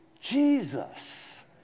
Jesus